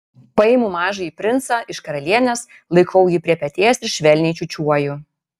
paimu mažąjį princą iš karalienės laikau jį prie peties ir švelniai čiūčiuoju